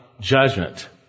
judgment